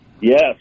Yes